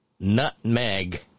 nutmeg